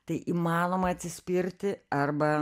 tai įmanoma atsispirti arba